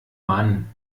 mann